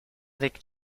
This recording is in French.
avec